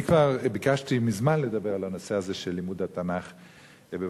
אני כבר ביקשתי מזמן לדבר על הנושא הזה של לימוד התנ"ך בבתי-הספר.